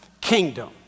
kingdom